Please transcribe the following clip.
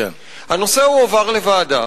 הנושא הועבר לוועדה,